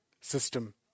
system